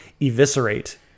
eviscerate